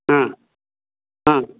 ஆ ஆ